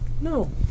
No